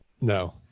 no